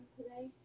today